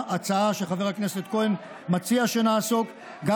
הצעה שחבר הכנסת כהן מציע שנעסוק בה,